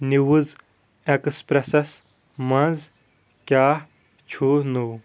news ایکسپریسس منٛز کیٛاہ چھ نوٚو